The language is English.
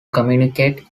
communicate